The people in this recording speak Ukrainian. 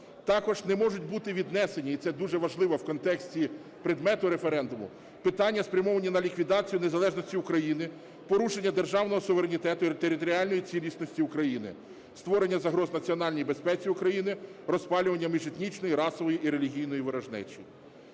Також не можуть бути віднесені, і це дуже важливо в контексті предмету референдуму, питання, спрямовані на ліквідацію незалежності України, порушення державного суверенітету і територіальної цілісності України, створення загроз національній безпеці України, розпалювання міжетнічної і расової, і релігійної ворожнечі.